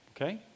Okay